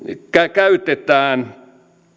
käytetään